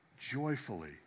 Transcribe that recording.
joyfully